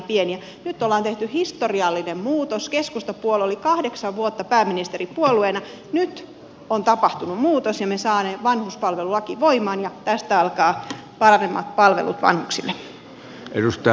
nyt ollaan tehty historiallinen muutos keskustapuolue oli kahdeksan vuotta pääministeripuolueena nyt on tapahtunut muutos ja me saamme vanhuspalvelulain voimaan ja tästä alkavat paranemaan palvelut vanhuksille